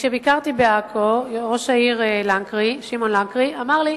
כשביקרתי בעכו, ראש העיר שמעון לנקרי אמר לי: